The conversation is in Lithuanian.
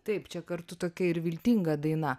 taip čia kartu tokia ir viltinga daina